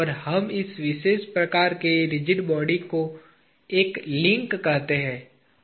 और हम इस विशेष प्रकार के रिजिड बॉडी को एक लिंक कहते हैं